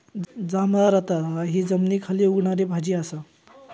जांभळा रताळा हि जमनीखाली उगवणारी भाजी असा